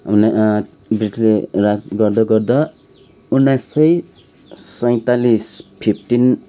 उनले ब्रिटिसले राज गर्दा गर्दा उन्नाइस सय सैँतालिस फिफ्टिन